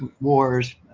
wars